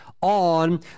on